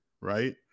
right